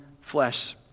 flesh